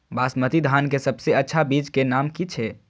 बासमती धान के सबसे अच्छा बीज के नाम की छे?